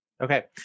Okay